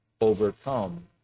overcome